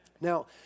Now